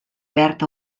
verd